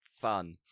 fun